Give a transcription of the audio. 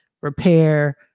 repair